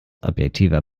objektiver